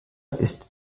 ist